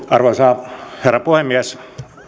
arvoisa herra puhemies